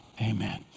amen